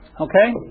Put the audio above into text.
Okay